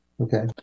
Okay